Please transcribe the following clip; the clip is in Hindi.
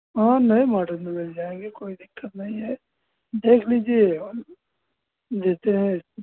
हाँ नए मॉडल मे मिल जाएंगे कोई दिक्कत नही है देख लीजिए और देते हैं